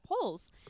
polls